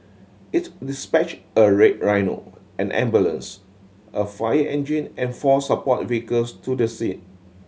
its dispatched a Red Rhino an ambulance a fire engine and four support vehicles to the scene